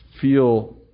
feel